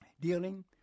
dealing